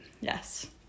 Yes